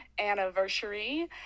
anniversary